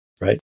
right